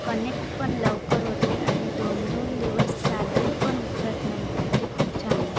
connect पण लवकर होते आणि दोन दोन दिवस चार्जिंग पण उतरत नाही ते खूप छान आहे